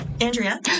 Andrea